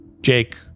Jake